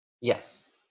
Yes